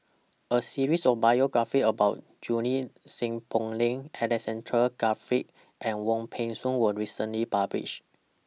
A series of biographies about Junie Sng Poh Leng Alexander Guthrie and Wong Peng Soon was recently published